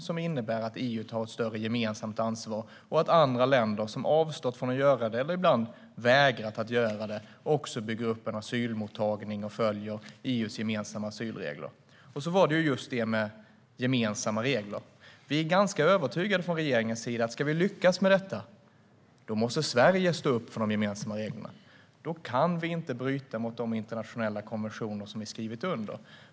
Det innebär att EU tar ett större gemensamt ansvar och att andra länder, som har avstått från eller ibland vägrat göra det, också bygger upp en asylmottagning och följer EU:s gemensamma asylregler. Sedan var det just detta med gemensamma regler. Vi är från regeringens sida ganska övertygade om att Sverige måste stå upp för de gemensamma reglerna om vi ska lyckas med detta. Vi kan inte bryta mot de internationella konventioner vi har skrivit under.